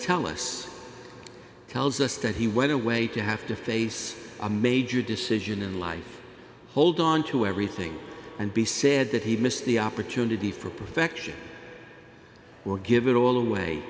tell us tells us that he went away to have to face a major decision in life hold on to everything and be sad that he missed the opportunity for perfection or give it all away